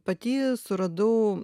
pati suradau